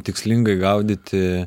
tikslingai gaudyti